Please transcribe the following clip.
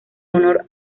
honor